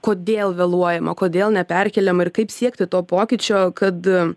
kodėl vėluojama kodėl neperkeliama ir kaip siekti to pokyčio kad